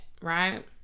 right